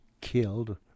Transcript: killed